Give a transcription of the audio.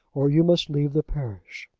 or you must leave the parish.